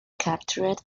captured